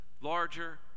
larger